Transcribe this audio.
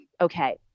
okay